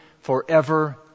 forever